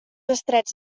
estrats